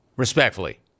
Respectfully